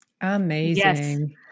Amazing